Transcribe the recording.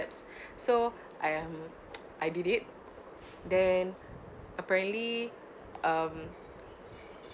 so I am I did it then apparently um